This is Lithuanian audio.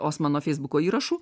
osmano feisbuko įrašų